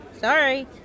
Sorry